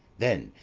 then,